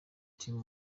team